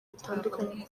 bitandukanye